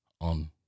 on